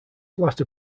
latter